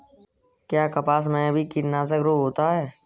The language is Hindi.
क्या कपास में भी कीटनाशक रोग होता है?